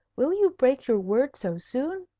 will you break your word so soon?